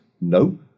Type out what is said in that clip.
No